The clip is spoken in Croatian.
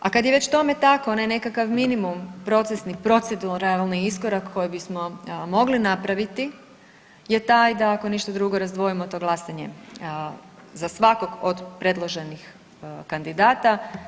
A kad je već tome tako, onaj nekakav minimum procesni, proceduralni iskorak koji bismo mogli napraviti je taj da ako ništa drugo razdvojimo to glasanje za svakog od predloženih kandidata.